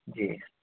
جی